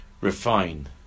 refine